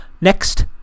next